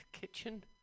kitchen